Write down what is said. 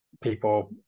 people